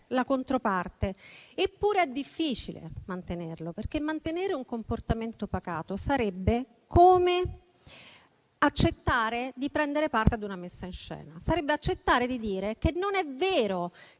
la controparte. Eppure è difficile mantenerlo, perché mantenere un comportamento pacato sarebbe come accettare di prendere parte ad una messa in scena; sarebbe accettare di dire che non è vero